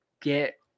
get